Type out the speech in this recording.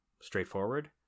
straightforward